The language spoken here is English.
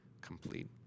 complete